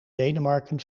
denemarken